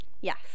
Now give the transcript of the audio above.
Yes